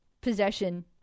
possession